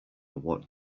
what